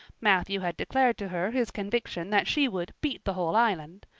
matthew had declared to her his conviction that she would beat the whole island.